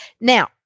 Now